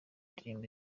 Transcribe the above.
ndirimbo